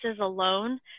alone